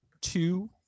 two